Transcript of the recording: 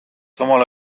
samal